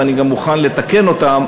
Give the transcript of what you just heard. ואני גם מוכן לתקן אותן,